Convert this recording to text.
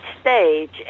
stage